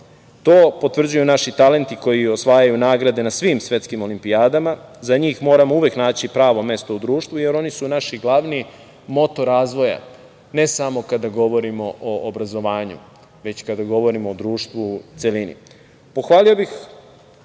To potvrđuju naši talenti koji osvajaju nagrade na svim svetskim olimpijadama, za njih moramo uvek naći pravo mesto u društvu, jer oni su naši glavni moto razvoja, ne samo kada govorim o obrazovanju, već kada govorimo o društvu u